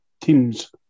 teams